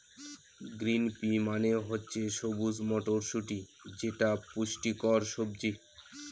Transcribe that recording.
green pea মানে হচ্ছে সবুজ মটরশুটি যেটা পুষ্টিকর সবজি